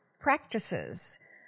practices